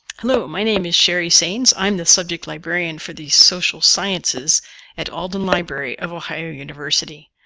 hello my name is sherri saines. i am the subject librarian for the social sciences at alden library of ohio university.